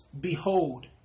Behold